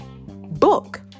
book